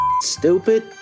stupid